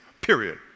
period